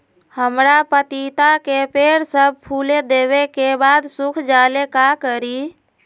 हमरा पतिता के पेड़ सब फुल देबे के बाद सुख जाले का करी?